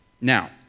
Now